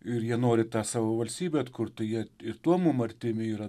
ir jie nori tą savo valstybę atkurt tai jie ir tuo mum artimi yra